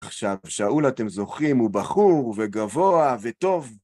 עכשיו, שאול, אתם זוכרים? הוא בחור וגבוה וטוב.